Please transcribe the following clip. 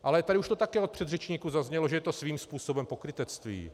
Ale už to tady také od předřečníků zaznělo, že je to svým způsobem pokrytectví.